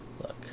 Look